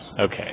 Okay